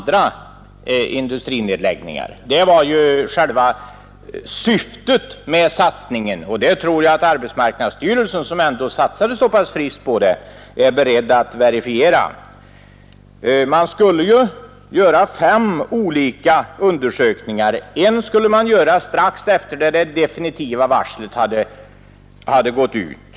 Det var som sagt själva syftet med utredningen, och det tror jag att arbetsmarknadsstyrelsen, som ändå satsade så pass friskt på den, är beredd att verifiera. Man skulle göra fem olika undersökningar. En skulle göras strax efter det att det definitiva varslet hade gått ut.